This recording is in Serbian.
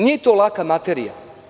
Nije to laka materija.